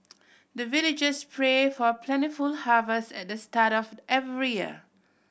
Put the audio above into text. the villagers pray for plentiful harvest at the start of every year